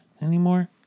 anymore